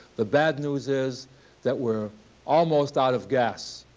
the bad news is that we're almost out of gas.